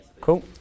Cool